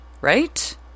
Right